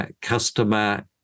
customer